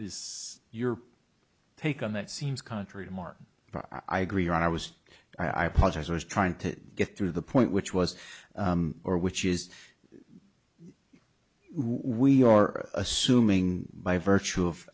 is your take on that seems contrary to martin i agree i was i apologize i was trying to get through the point which was or which is we are assuming by virtue of